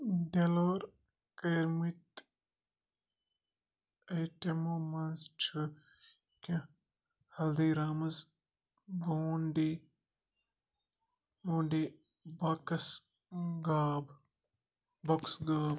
deliver کٔرۍمٕتۍ آیٹمو منٛز چھِ کیٚنٛہہ ہَلدیٖرامٕز بونٛڈی بونڈۍ باکٕس غاب باکٕس غاب